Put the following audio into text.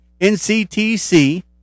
NCTC